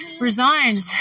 resigned